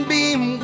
Beam